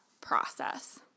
process